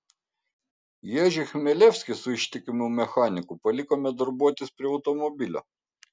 ježį chmelevskį su ištikimu mechaniku palikome darbuotis prie automobilio